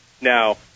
Now